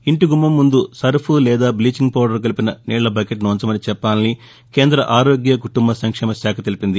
ఇంటి గుమ్మం ముందు సర్బ్ లేదా బ్లీచింగ్ పౌదర్ కలిపిన నీళ్ల బకెట్ ఉంచమని చెప్పాలని కేంద ఆరోగ్య కుటుంబ సంక్షేమ శాఖ తెలిపింది